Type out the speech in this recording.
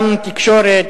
גם תקשורת,